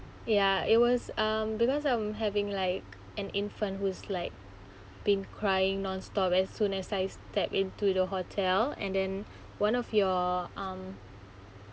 ya it was um because I'm having like an infant who's like been crying nonstop as soon as I step into the hotel and then one of your um